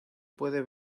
puede